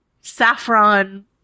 saffron